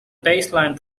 baseline